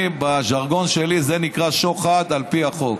בז'רגון שלי זה נקרא שוחד על פי החוק.